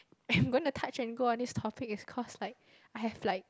am going to touch and go on this topic is cause like I have like